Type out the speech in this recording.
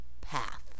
path